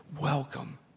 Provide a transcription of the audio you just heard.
welcome